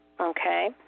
Okay